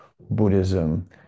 Buddhism